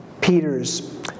Peter's